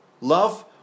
love